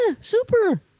super